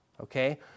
Okay